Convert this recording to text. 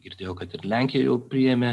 girdėjau kad ir lenkija jau priėmė